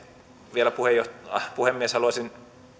vielä haluaisin